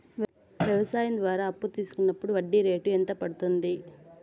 వ్యవసాయం ద్వారా అప్పు తీసుకున్నప్పుడు వడ్డీ రేటు ఎంత పడ్తుంది